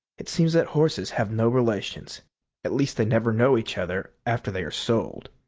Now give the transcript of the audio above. it seems that horses have no relations at least they never know each other after they are sold.